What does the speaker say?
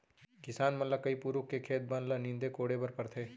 किसान मन ल कई पुरूत खेत के बन ल नींदे कोड़े बर परथे